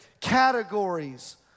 categories